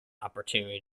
opportunity